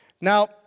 Now